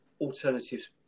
alternatives